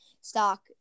stock